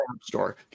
store